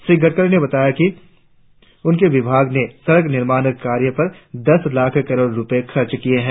श्री गडकरी ने बताया कि उनके विभाग ने सड़क निर्माण कार्य पर दस लाख़ करोड़ रुपये खर्च किए हैं